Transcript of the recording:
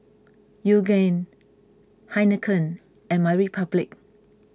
Yoogane Heinekein and My Republic